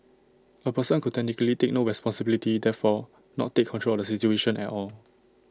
A person could technically take no responsibility therefore not take control of A situation at all